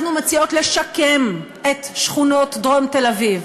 אנחנו מציעות לשקם את שכונות דרום תל-אביב,